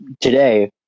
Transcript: today